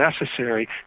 necessary